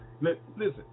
listen